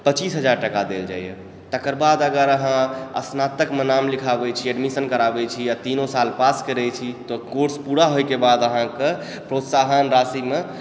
पचीस हजार टाका देल जाइया तकर बाद अगर अहाँ स्नातकमे नाम लिखाबै छी एडमिशन कराबै छी या तीनो साल पास करै छी तऽ कोर्स पूरा होए के बाद अहाँके प्रोत्साहन राशिमे